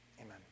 Amen